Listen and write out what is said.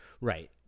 Right